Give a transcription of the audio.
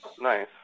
Nice